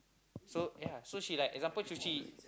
so ya so she like example fifty